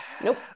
Nope